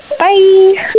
bye